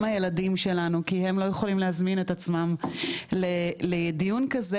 הילדים שלנו כי הם לא יכולים להזמין את עצמם לדיון כזה,